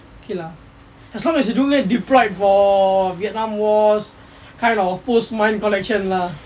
okay lah as long as you don't get deployed for vietnam wars kind of post mine collection lah